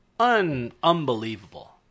unbelievable